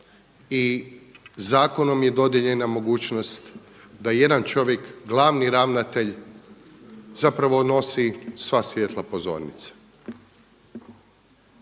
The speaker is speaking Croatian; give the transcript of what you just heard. i zakonom je dodijeljena mogućnost da jedan čovjek glavni ravnatelj zapravo nosi sva svjetla pozornice.